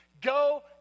go